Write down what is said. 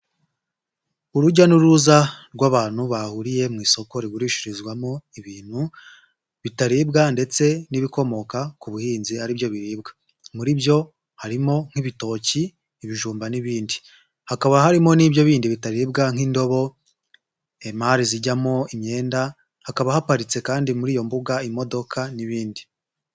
Urujya n'uruza rw'abantu bahuriye mu isoko rigurishirizwamo ibintu bitaribwa ndetse n'ibikomoka ku buhinzi ari byo biribwa muri byo harimo nk'ibitoki ibijumba n'ibindi, hakaba harimo n'ibyo bindi bitaribwa nk'indobo, imari zijyamo imyenda, hakaba haparitse kandi muri iyo mbuga imodoka n'ibindi.